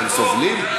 אתם סובלים?